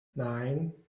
nine